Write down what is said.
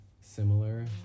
similar